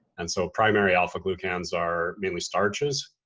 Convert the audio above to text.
and so primary alpha glucans are mainly starches.